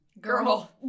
Girl